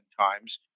times